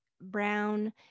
brown